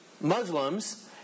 Muslims